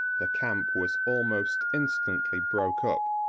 the camp was almost instantly broke up,